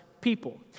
people